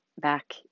back